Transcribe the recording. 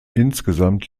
insgesamt